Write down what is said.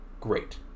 great